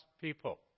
people